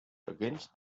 against